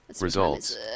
Results